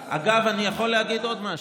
אגב, אני יכול להגיד עוד משהו,